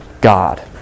God